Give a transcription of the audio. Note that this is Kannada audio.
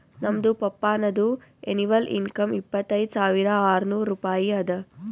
ನಮ್ದು ಪಪ್ಪಾನದು ಎನಿವಲ್ ಇನ್ಕಮ್ ಇಪ್ಪತೈದ್ ಸಾವಿರಾ ಆರ್ನೂರ್ ರೂಪಾಯಿ ಅದಾ